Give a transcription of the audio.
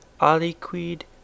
aliquid